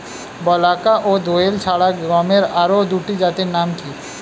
বলাকা ও দোয়েল ছাড়া গমের আরো দুটি জাতের নাম কি?